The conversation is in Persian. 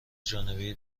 جانبی